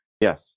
Yes